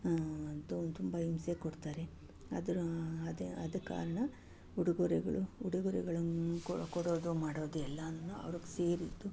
ತು ತುಂಬ ಹಿಂಸೆ ಕೊಡ್ತಾರೆ ಅದರ ಅದ ಆದ ಕಾರಣ ಉಡುಗೊರೆಗಳು ಉಡುಗೊರೆಗಳನ್ನು ಕೊಡೋದು ಮಾಡೋದು ಎಲ್ಲವೂ ಅವ್ರಿಗೆ ಸೇರಿದ್ದು